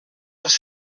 als